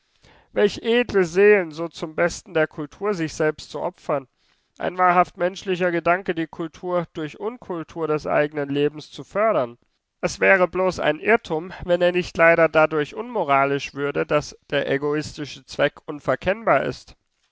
welch edle seelen so zum besten der kultur sich selbst zu opfern ein wahrhaft menschlicher gedanke die kultur durch unkultur des eigenen lebens zu fördern es wäre ein bloßer irrtum wenn er nicht leider dadurch unmoralisch würde daß der egoistische zweck unverkennbar ist